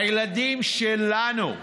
הילדים שלנו.